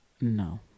No